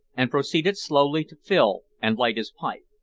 and proceeded slowly to fill and light his pipe.